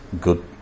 good